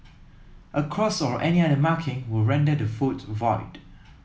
a cross or any other marking will render the vote void